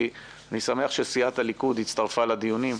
אני שמח שסיעת הליכוד הצטרפה לדיונים,